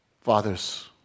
Fathers